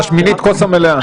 על שמינית הכוס המלאה.